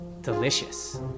delicious